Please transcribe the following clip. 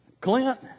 Clint